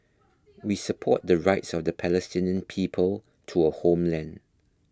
we support the rights of the Palestinian people to a homeland